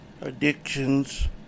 addictions